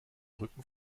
rücken